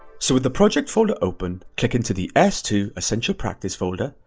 so with the project folder open, click into the s two essential practise folder,